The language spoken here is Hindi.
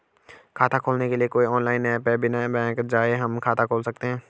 खाता खोलने के लिए कोई ऑनलाइन ऐप है बिना बैंक जाये हम खाता खोल सकते हैं?